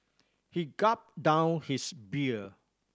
he gulped down his beer